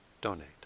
donate